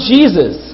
Jesus